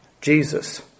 Jesus